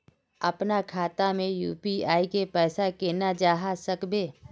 अपना खाता में यू.पी.आई के पैसा केना जाहा करबे?